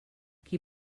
qui